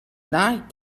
not